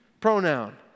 pronoun